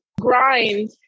grind